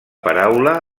paraula